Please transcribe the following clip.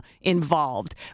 involved